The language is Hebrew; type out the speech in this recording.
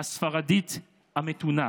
הספרדית המתונה.